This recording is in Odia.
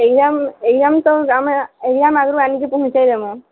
ଏଗଜାମ୍ ଏଗଜାମ୍ ତ ଆମେ ଏଗଜାମ୍ ଆଗରୁ ଆଣିକି ପହଞ୍ଚେଇଦେବୁ